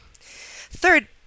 third